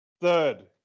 Third